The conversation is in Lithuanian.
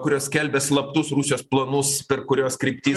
kurios skelbia slaptus rusijos planus per kuriuos kryptis